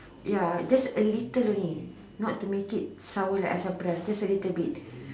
ya just a little only not to make it sour like asam-pedas just a little bit